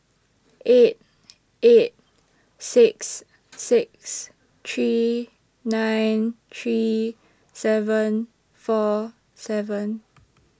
eight eight six six three nine three seven four seven